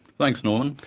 thanks norman.